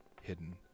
hidden